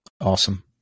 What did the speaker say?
Awesome